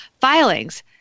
filings